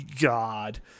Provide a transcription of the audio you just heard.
God